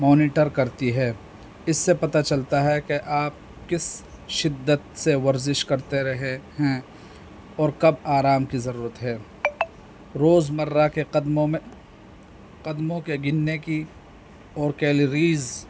monitor کرتی ہے اس سے پتہ چلتا ہے کہ آپ کس شدت سے ورزش کرتے رہے ہیں اور کب آرام کی ضرورت ہے روز مرہ کے قدموں میں قدموں کے گننے کی اور کیلریز